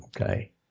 okay